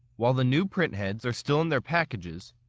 while the new print heads are still in their packages,